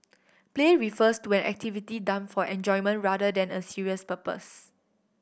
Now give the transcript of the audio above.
play refers to an activity done for enjoyment rather than a serious purpose